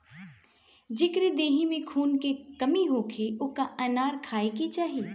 जेकरी देहि में खून के कमी होखे ओके अनार खाए के चाही